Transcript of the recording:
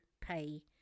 pay